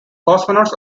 cosmonauts